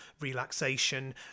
relaxation